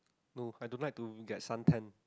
no I don't like to get sun tan